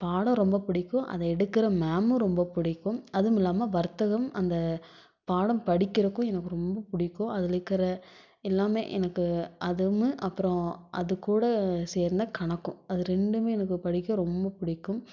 பாடம் ரொம்ப பிடிக்கும் அதை எடுக்கிற மேமும் ரொம்ப பிடிக்கும் அதுவும் இல்லாமல் வர்த்தகம் அந்த பாடம் படிக்கிறதுக்கும் எனக்கு ரொம்ப பிடிக்கும் அதில் இருக்கிற எல்லாமே எனக்கு அதுவும் அப்புறம் அது கூட சேர்ந்த கணக்கும் அது ரெண்டுமே எனக்கு படிக்க பிடிக்கும் ரொம்ப பிடிக்கும்